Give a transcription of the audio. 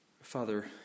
Father